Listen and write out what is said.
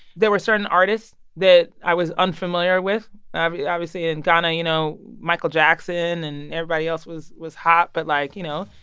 there were certain artists that i was unfamiliar with. obviously, in ghana, you know, michael jackson and everybody else was was hot. but like, you know,